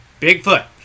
Bigfoot